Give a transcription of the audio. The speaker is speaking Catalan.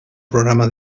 programa